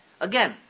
Again